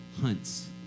hunts